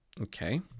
Okay